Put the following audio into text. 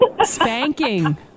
spanking